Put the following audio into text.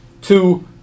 two